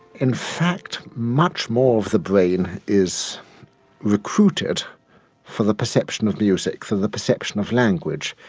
in fact, much more of the brain is recruited for the perception of music, for the perception of language,